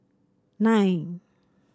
nine